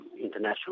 international